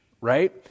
right